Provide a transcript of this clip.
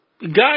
God